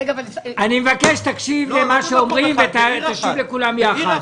אני מבקש שתקשיב למה שאומרים ותשיב לכולם ביחד.